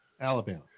Alabama